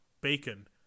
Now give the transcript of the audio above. bacon